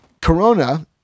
Corona